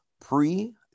pre